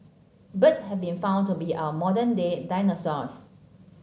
birds have been found to be our modern day dinosaurs